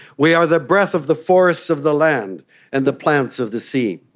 we are the breath of the forests of the land and the plants of the sea.